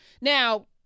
Now